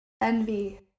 envy